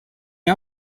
est